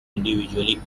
individually